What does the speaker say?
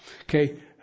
Okay